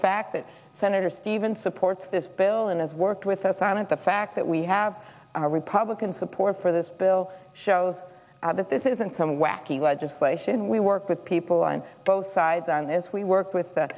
fact that senator stevens supports this bill and has worked with us on it the fact that we have republican support for this bill shows that this isn't some wacky legislation we work with people on both sides and is we work with